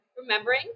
remembering